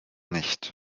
nicht